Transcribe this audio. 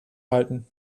halten